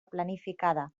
planificada